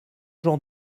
jean